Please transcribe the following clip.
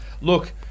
Look